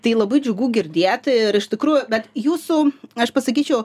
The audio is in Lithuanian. tai labai džiugu girdėti ir iš tikrųjų bet jūsų aš pasakyčiau